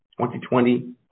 2020